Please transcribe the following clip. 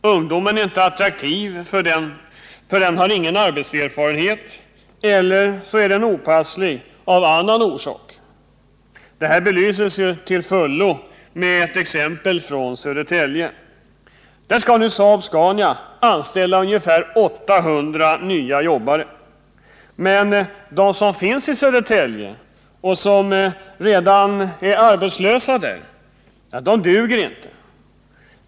Ungdomen är inte attraktiv för den har ingen arbetserfarenhet eller också är den olämplig av annan orsak. Detta belyses till fullo med ett exempel från Södertälje. Där skall nu Saab-Scania anställa ca 800 nya arbetare, men de som finns i Södertälje och som redan är arbetslösa duger inte.